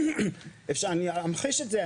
אני אמחיש את זה,